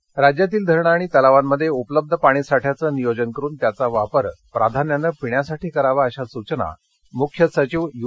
पाणी टंचाई राज्यातील धरण आणि तलावांमध्ये उपलब्ध पाणीसाठ्याचं नियोजन करुन त्याचा वापर प्राधान्यानं पिण्यासाठी करावा अशा सूचना मुख्य सचिव यू